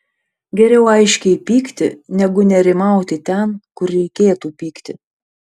geriau aiškiai pykti negu nerimauti ten kur reikėtų pykti